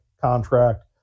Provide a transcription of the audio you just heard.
contract